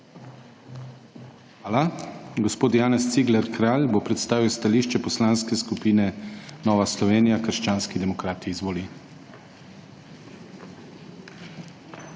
Hvala. Gospod Janez Cigler Kralj bo predstavil stališče Poslanske skupine Nova Slovenija – krščanski demokrati. Izvoli.